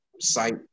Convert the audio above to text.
site